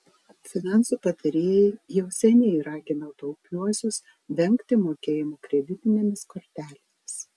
finansų patarėjai jau seniai ragina taupiuosius vengti mokėjimų kreditinėmis kortelėmis